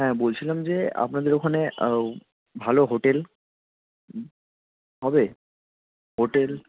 হ্যাঁ বলছিলাম যে আপনাদের ওখানে ভালো হোটেল হবে হোটেল